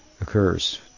occurs